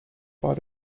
part